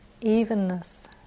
evenness